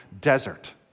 desert